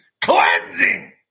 cleansing